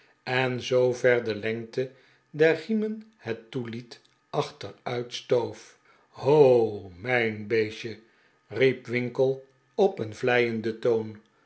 en zoover de lengte der riemen het toeliet achteruitstoof r ho r mijn beestje riep winkle op een vleienden toon